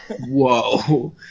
whoa